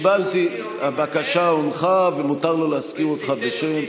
קיבלתי, הבקשה הונחה, ומותר לו להזכיר אותך בשם.